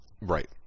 Right